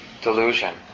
delusion